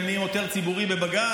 הם נהיים עותר ציבורי בבג"ץ,